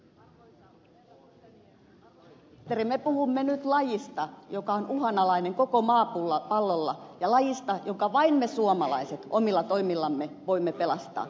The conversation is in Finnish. arvoisa ministeri me puhumme nyt lajista joka on uhanalainen koko maapallolla ja lajista jonka vain me suomalaiset omilla toimillamme voimme pelastaa